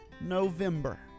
November